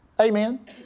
Amen